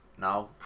now